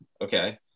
okay